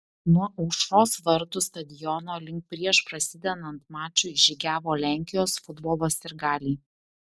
nuo aušros vartų stadiono link prieš prasidedant mačui žygiavo lenkijos futbolo sirgaliai